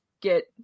get